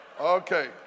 okay